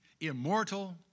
immortal